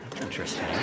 interesting